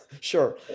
Sure